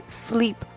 sleep